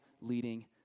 leading